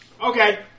Okay